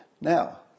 Now